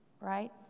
right